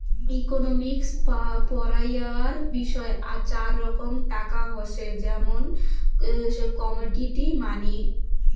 economics পড়াইয়ার বিষয় চার রকম টাকা হসে, যেমন কমোডিটি মানি